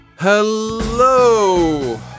Hello